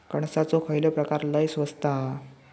कणसाचो खयलो प्रकार लय स्वस्त हा?